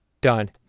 Done